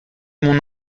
mon